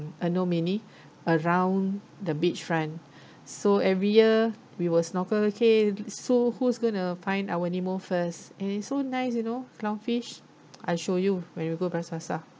anemone around the beach front so every year we will snorkel okay so who's going to find our nemo first and it's so nice you know clown fish I show you when you go bras basah